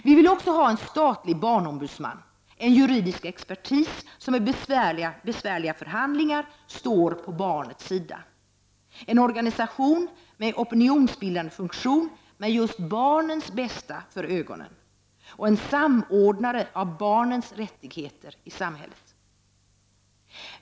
Vi vill också ha en statlig barnombudsman, en juridisk expertis som i besvärliga förhandlingar står på barnets sida, en organisation med opinionsbildande funktion med just barnens bästa för ögonen och en samordnare av barnens rättigheter i samhället.